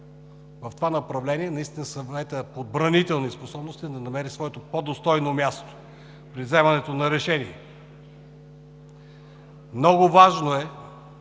в това направление Съветът по отбранителни способности да намери своето по-достойно място при вземането на решения. Много важно е